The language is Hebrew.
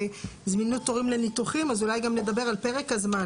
זמינות תורים לניתוחים אז אולי גם נדבר על פרק הזמן,